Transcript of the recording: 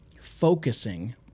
focusing